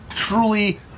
Truly